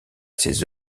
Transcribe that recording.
ses